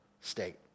state